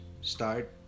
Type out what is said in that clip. start